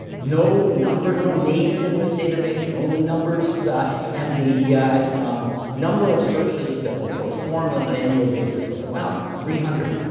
no number no names in this database, only numbers and the yeah um number of searches that were performed on an annual basis was about three hundred.